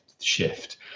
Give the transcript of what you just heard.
Shift